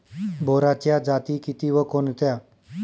बोराच्या जाती किती व कोणत्या?